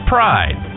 Pride